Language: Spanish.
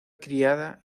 criada